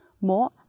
More